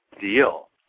deal